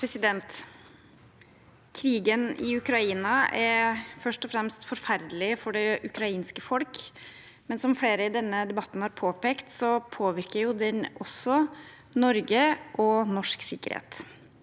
Krigen i Ukraina er først og fremst forferdelig for det ukrainske folk, men som flere i denne debatten har påpekt, påvirker den også Norge og norsk sikkerhet.